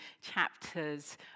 chapters